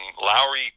Lowry